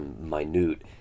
minute